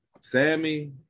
Sammy